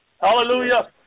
Hallelujah